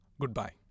Goodbye